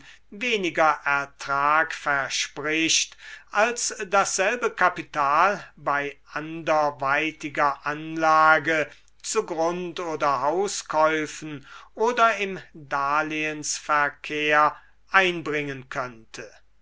weniger ertrag verspricht als dasselbe kapital bei anderweitiger anlage zu grund oder hauskäufen oder im darlehensverkehr einbringen könnte